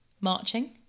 marching